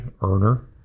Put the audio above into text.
earner